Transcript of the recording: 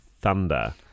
thunder